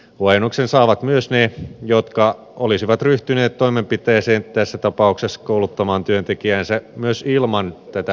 huojennuksen saavat myös ne jotka olisivat ryhtyneet toimenpiteeseen tässä tapauksessa kouluttamaan työntekijäänsä myös ilman tätä verotukea